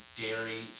dairy